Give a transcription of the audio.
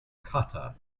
kata